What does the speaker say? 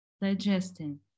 digesting